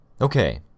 Okay